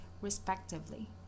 respectively